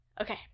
Okay